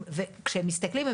כאשר הם מסתכלים,